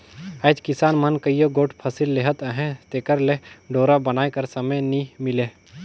आएज किसान मन कइयो गोट फसिल लेहत अहे तेकर ले डोरा बनाए कर समे नी मिले